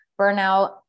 burnout